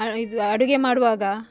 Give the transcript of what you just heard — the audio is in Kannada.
ಇದು ಅಡುಗೆ ಮಾಡುವಾಗ